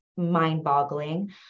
mind-boggling